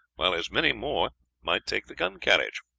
while as many more might take the gun carriage.